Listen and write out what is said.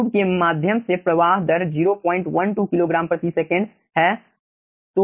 tube के माध्यम से प्रवाह दर 012 किलोग्राम प्रति सेकंड kgsec है